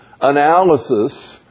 analysis